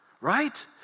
right